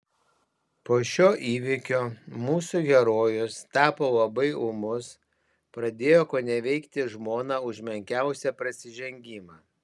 po šio įvykio mūsų herojus tapo labai ūmus pradėjo koneveikti žmoną už menkiausią prasižengimą